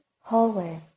hallway